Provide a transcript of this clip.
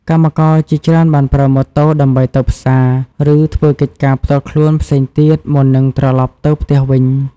កម្មករជាច្រើនបានប្រើម៉ូតូដើម្បីទៅផ្សារ ឬធ្វើកិច្ចការផ្ទាល់ខ្លួនផ្សេងទៀតមុននឹងត្រឡប់ទៅផ្ទះវិញ។